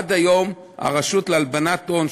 עד היום הרשות להלבנת הון,